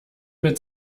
mit